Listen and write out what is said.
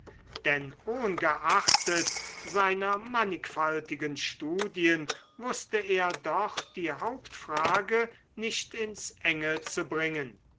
denn ohngeachtet seiner mannigfaltigen studien wußte er doch die hauptfrage nicht ins enge zu bringen